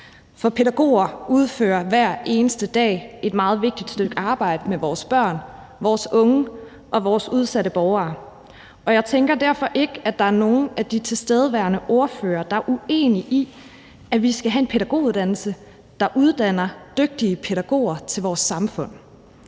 For pædagoger udfører hver eneste dag et meget vigtigt stykke arbejde med vores børn, vores unge og vores udsatte borgere, og jeg tænker derfor ikke, at der er nogen af de tilstedeværende ordførere, der er uenig i, at vi skal have en pædagoguddannelse, der uddanner dygtige pædagoger til vores samfund.